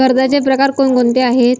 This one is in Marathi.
कर्जाचे प्रकार कोणकोणते आहेत?